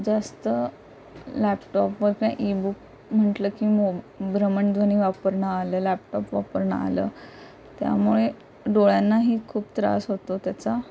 जास्त लॅपटॉपवर किंवा ईबुक म्हटलं की मोब भ्रमणद््वनी वापरणं आलं लॅपटॉप वापरणं आलं त्यामुळे डोळ्यांनाही खूप त्रास होतो त्याचा